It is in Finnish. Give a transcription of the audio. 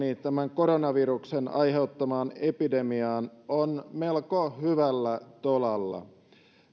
koronaviruksen aiheuttamaan epidemiaan on nähdäkseni melko hyvällä tolalla